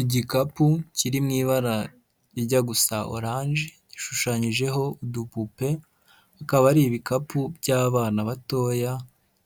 Igikapu kiri mu ibara rijya gusa oranje gishushanyijeho udupupe, akaba ari ibikapu by'abana batoya